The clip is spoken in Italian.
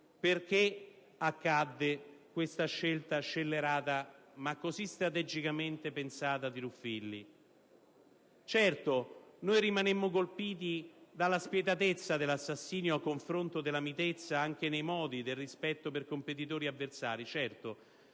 perché questa scelta scellerata, ma così strategicamente pensata, di Ruffilli. Noi rimanemmo colpiti dalla spietatezza dell'assassinio a confronto della mitezza, anche nei modi, del rispetto per competitori ed avversari, certo,